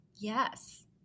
Yes